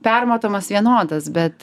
permatomas vienodas bet